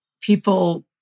people